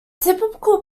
typical